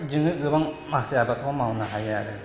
जोङो गोबां माखासे आबादखौ मावनो हायो आरो